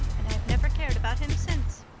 and i've never cared about him since.